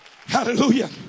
hallelujah